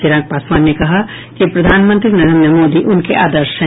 चिराग पासवान ने कहा कि प्रधानमंत्री नरेंद्र मोदी उनके आदर्श हैं